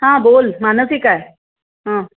हां बोल मानसी काय हां